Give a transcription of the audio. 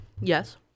yes